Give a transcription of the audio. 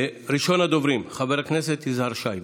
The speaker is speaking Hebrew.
ראשון הדוברים, חבר הכנסת יזהר שי.